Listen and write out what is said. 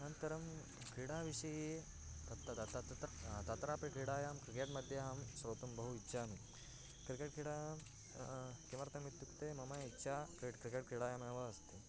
अनन्तरं क्रीडाविषये तत्तद् तत्र तत्रापि क्रीडायां क्रिकेट्मध्ये अहं श्रोतुम् बहु इच्छामि क्रिकेट् क्रीडा किमर्थमित्युक्ते मम इच्छा क्रि क्रिकेट् क्रीडायामेव अस्ति